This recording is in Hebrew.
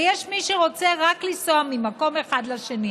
ויש מי שרוצה רק לנסוע ממקום אחד לשני.